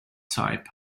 type